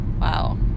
Wow